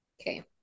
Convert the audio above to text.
Okay